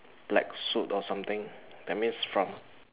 black suit or something that means from